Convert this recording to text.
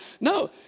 No